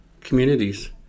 communities